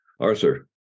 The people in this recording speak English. Arthur